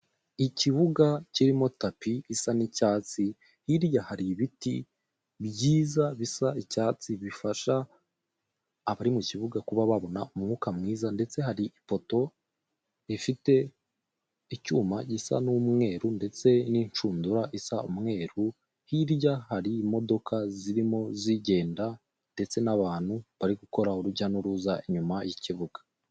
Ikibuga kirimo tapi isa n'icyatsi hirya hari ibiti byiza bisa icyatsi bifasha abari mu kibuga kuba babona umwuka mwiza, ndetse hari ipoto rifite icyuma gisa n'umweru ndetse n'inshundura isa umweru hirya hari imodoka zirimo zigenda ndetse n'abantu bari gukora urujya n'uruza inyuma y'ikibuga.